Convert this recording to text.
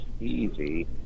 easy